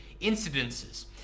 incidences